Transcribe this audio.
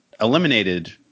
eliminated